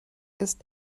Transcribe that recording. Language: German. ist